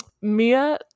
Mia